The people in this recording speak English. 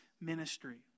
ministry